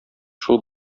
шул